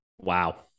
Wow